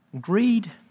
Greed